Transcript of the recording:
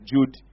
Jude